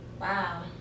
wow